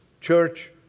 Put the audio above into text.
church